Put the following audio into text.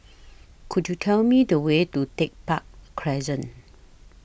Could YOU Tell Me The Way to Tech Park Crescent